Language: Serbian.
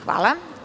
Hvala.